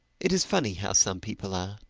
it is funny how some people are.